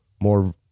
more